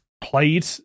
played